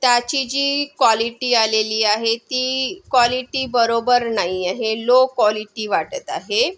त्याची जी क्वालिटी आलेली आहे ती क्वालिटी बरोबर नाही आहे लो क्वालिटी वाटत आहे